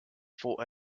for